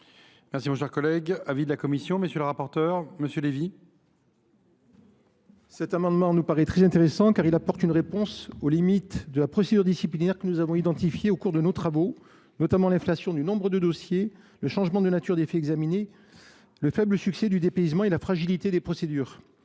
par décret. Quel est l’avis de la commission ? Cet amendement nous paraît très intéressant, car il apporte une réponse aux limites de la procédure disciplinaire que nous avons identifiées au cours de nos travaux, notamment l’inflation du nombre de dossiers, le changement de nature des faits examinés, le faible succès du dépaysement et la fragilité des procédures.